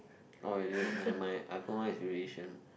oh is it never mind I put mine is relation